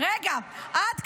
עד כאן,